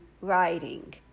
writing